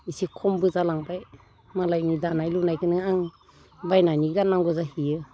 एसे खमबो जालांबाय मालायनि दानाय लुनायखोनो आं बायनानै गाननांगौ जाहैयो